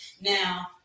Now